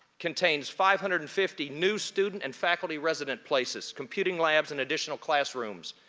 contains five hundred and fifty new student and faculty resident places, computing labs, and additional classrooms.